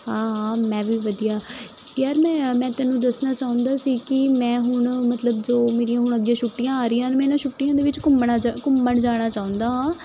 ਹਾਂ ਹਾਂ ਮੈਂ ਵੀ ਵਧੀਆ ਯਾਰ ਮੈਂ ਮੈਂ ਤੈਨੂੰ ਦੱਸਣਾ ਚਾਹੁੰਦਾ ਸੀ ਕਿ ਮੈਂ ਹੁਣ ਮਤਲਬ ਜੋ ਮੇਰੀਆਂ ਹੁਣ ਅੱਗੇ ਛੁੱਟੀਆਂ ਆ ਰਹੀਆਂ ਨੇ ਮੈਂ ਇਹਨਾਂ ਛੁੱਟੀਆਂ ਦੇ ਵਿੱਚ ਘੁੰਮਣਾ ਘੁੰਮਣ ਜਾਣਾ ਚਾਹੁੰਦਾ ਹਾਂ